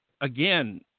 again